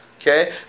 Okay